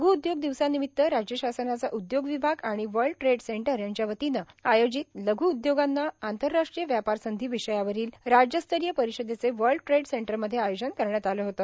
लघ् उद्योग दिवसानिमित्त राज्य शासनाचा उद्योग विभाग आणि वर्ड ट्रेड सेंटर यांच्या वतीने आयोजित लघ् उद्योगांना आंतरराष्ट्रीय व्यापार संधी विषयावरील राज्यस्तरीय परिषदेचे वर्ड ट्रेड सेंटरमध्ये आयोजन करण्यात आले होते